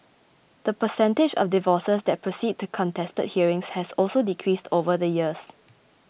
the percentage of divorces that proceed to contested hearings has also decreased over the years